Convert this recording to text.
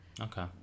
Okay